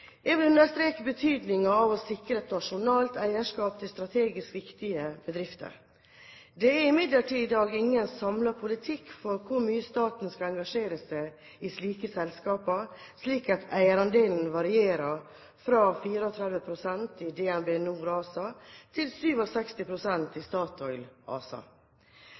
Jeg vil understreke betydningen av å sikre et nasjonalt eierskap til strategisk viktige bedrifter. Det er imidlertid i dag ingen samlet politikk for hvor mye staten skal engasjere seg i slike selskaper, slik at eierandeler varierer fra 34 pst. i DnB NOR ASA til 67 pst. i Statoil ASA.